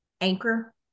anchor